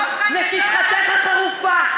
ושפחתך החרופה.